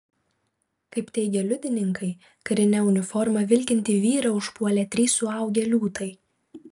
kaip teigia liudininkai karine uniforma vilkintį vyrą užpuolė trys suaugę liūtai